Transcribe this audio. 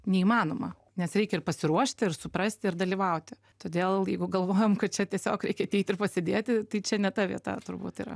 neįmanoma nes reik ir pasiruošt ir suprast ir dalyvauti todėl jeigu galvojam kad čia tiesiog reikia ateit ir pasėdėti tai čia ne ta vieta turbūt yra